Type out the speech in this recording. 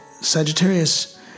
Sagittarius